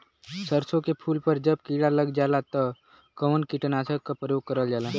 सरसो के फूल पर जब किड़ा लग जाला त कवन कीटनाशक क प्रयोग करल जाला?